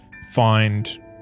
find